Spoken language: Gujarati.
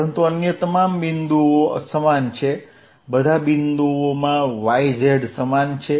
પરંતુ અન્ય તમામ બિંદુઓ સમાન છે બધા બિંદુઓમાં y z સમાન છે